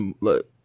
look